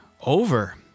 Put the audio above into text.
over